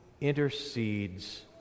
intercedes